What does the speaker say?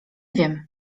wiem